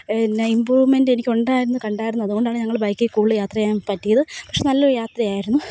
പിന്നെ ഇമ്പ്രൂവ്മെൻ്റ് എനിക്ക് ഉണ്ടായിരുന്നു കണ്ടായിരുന്നു അതുകൊണ്ടാണ് ഞങ്ങൾ ബൈക്കിൽ കൂടുതൽ യാത്ര ചെയ്യാൻ പറ്റിയത് പക്ഷെ നല്ലൊരു യാത്രയായിരുന്നു